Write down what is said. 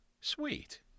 Sweet